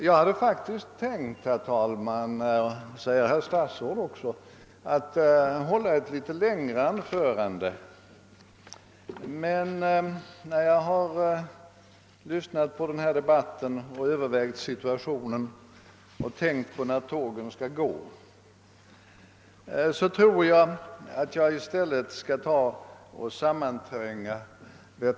Jag hade tänkt att hålla ett litet längre anförande, men när jag har lyssnat på debatten, övervägt situationen och tänkt på när tågen skall gå, har jag ansett att jag bör sammantränga det.